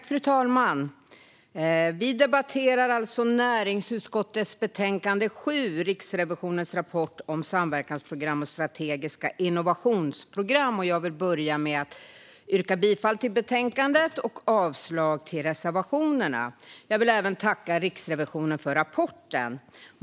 Fru talman! Vi debatterar näringsutskottets betänkande 7 Riksrevisionens rapport om samverkansprogram och strategiska innovationsprogram . Jag vill börja med att yrka bifall till utskottets förslag och avslag på reservationerna. Jag vill även tacka Riksrevisionen för rapporten.